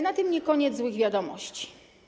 Na tym nie koniec złych wiadomości.